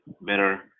better